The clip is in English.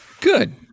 Good